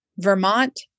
Vermont